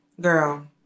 girl